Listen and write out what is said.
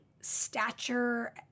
stature